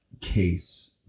case